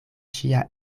ŝia